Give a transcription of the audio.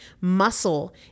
Muscle